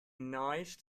nice